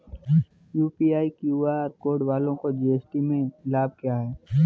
UPI QR code वालों को GST में लाभ क्या है?